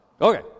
Okay